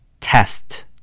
test